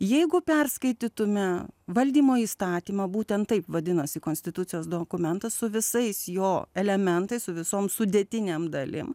jeigu perskaitytume valdymo įstatymą būtent taip vadinosi konstitucijos dokumentas su visais jo elementai su visom sudėtinėm dalim